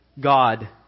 God